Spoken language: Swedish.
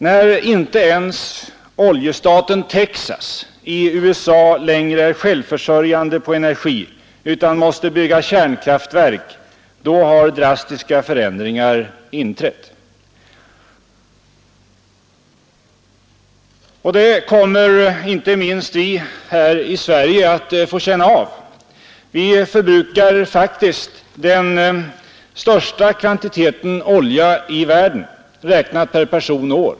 När inte ens oljestaten Texas i USA längre är självförsörjande i fråga om energi utan måste bygga kärnkraftverk, då har drastiska förändringar inträtt. Detta kommer inte minst vi här i Sverige att få känna av. Vi förbrukar faktiskt den största kvantiteten olja i världen räknat per person och år.